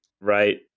Right